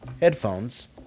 headphones